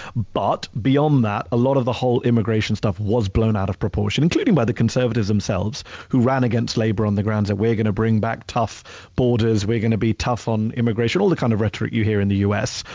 but beyond that, a lot of the whole immigration stuff was blown out of proportion, including by the conservatives themselves who ran against labor on the grounds that we're gonna bring back tough borders, we're gonna be tough on immigration. all the kind of rhetoric you hear in the u. s.